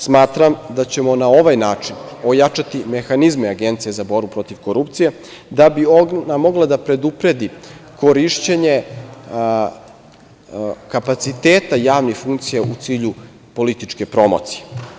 Smatram da ćemo na ovaj način ojačati mehanizme Agencije za borbu protiv korupcije, da bi ona mogla da predupredi korišćenje kapaciteta javnih funkcija u cilju političke promocije.